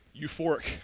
euphoric